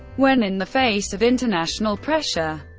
when in the face of international pressure,